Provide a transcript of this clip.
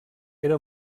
era